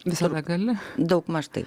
visada gali daugmaž taip